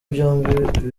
byombi